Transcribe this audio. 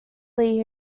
lee